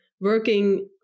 working